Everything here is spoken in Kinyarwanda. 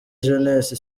jeunesse